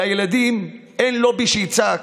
לילדים אין לובי שיצעק,